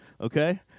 Okay